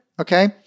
Okay